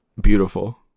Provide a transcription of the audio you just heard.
beautiful